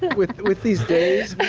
with with these days,